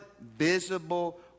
visible